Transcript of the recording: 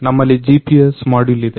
ನಮ್ಮಲ್ಲಿ GPS module ಇದೆ